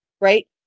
right